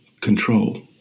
control